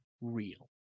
real